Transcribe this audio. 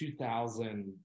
2000